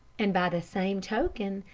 and by the same token,